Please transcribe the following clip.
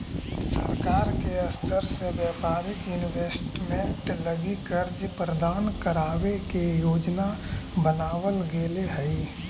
सरकार के स्तर से व्यापारिक इन्वेस्टमेंट लगी कर्ज प्रदान करावे के योजना बनावल गेले हई